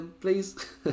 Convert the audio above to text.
Please